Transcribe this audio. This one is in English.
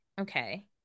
okay